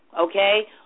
okay